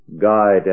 guide